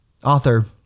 Author